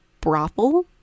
brothel